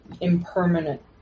Impermanent